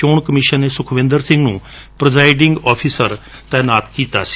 ਚੋਣ ਕਮਿਸ਼ਨ ਨੇ ਸੁਖਵਿੰਦਰ ਸਿੰਘ ਨੂੰ ਪ੍ਰੋਸਿਡਿੰਗ ਅਫ਼ਸਰ ਨਿਯੁਕਤ ਕੀਤਾ ਸੀ